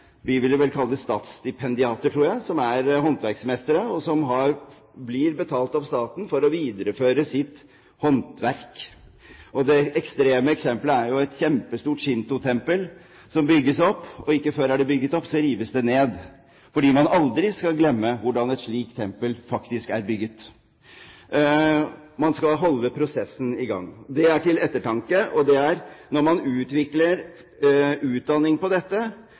vi ville vel kalle dem statsstipendiater, tror jeg – som blir betalt av staten for å videreføre sitt håndverk. Det ekstreme eksemplet er et kjempestort shintotempel som bygges opp, og ikke før er det bygget opp, så rives det ned. For man skal aldri glemme hvordan et slikt tempel faktisk er bygget, man skal holde prosessen i gang. Det er til ettertanke. Når man utvikler utdanning på dette